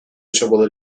çabalar